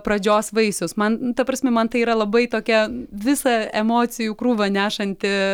pradžios vaisius man ta prasme man tai yra labai tokia visą emocijų krūvą nešanti